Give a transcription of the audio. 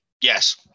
yes